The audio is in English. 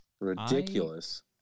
Ridiculous